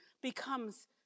becomes